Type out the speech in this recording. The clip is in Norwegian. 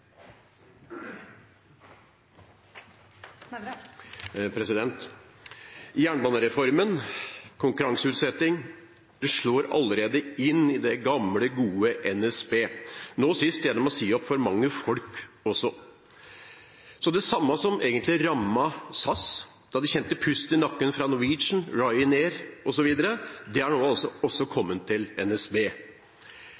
Nævra – til oppfølgingsspørsmål. Jernbanereformen og konkurranseutsetting slår allerede inn i det gamle, gode NSB, nå sist også gjennom å si opp for mange folk. Det samme som egentlig rammet SAS, da de kjente pusten fra Norwegian, Ryanair osv. i nakken, har nå